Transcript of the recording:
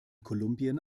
kolumbien